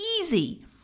easy